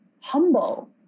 humble